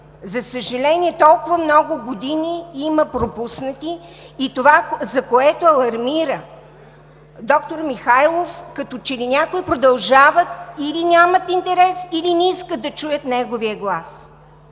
За съжаление, има толкова много пропуснати години и това, за което алармира доктор Михайлов, като че ли някои продължават – или нямат интерес, или не искат да чуят неговия глас.